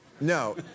No